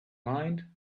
mind